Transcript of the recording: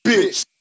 Bitch